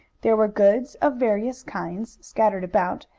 there were goods of various kinds scattered about,